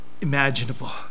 imaginable